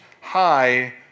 high